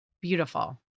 Beautiful